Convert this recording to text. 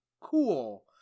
cool